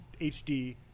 HD